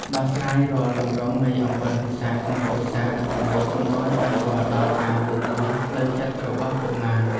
ដោះស្រាយរាល់ទម្រង់នៃអំពើហិង្សាក្នុងគ្រួសារដើម្បីកុំឱ្យប៉ះពាល់ដល់ការលូតលាស់ផ្លូវចិត្តរបស់កុមារ។